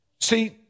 See